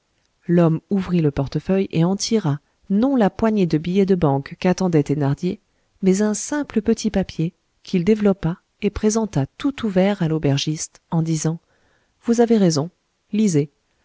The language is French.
l'homme ouvrit le portefeuille et en tira non la poignée de billets de banque qu'attendait thénardier mais un simple petit papier qu'il développa et présenta tout ouvert à l'aubergiste en disant vous avez raison lisez